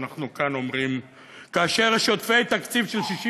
שאנחנו כאן אומרים כאשר יש עודפי תקציב של 63